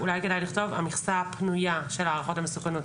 אולי כדאי לכתוב המכסה הפנויה של הערכות המסוכנות.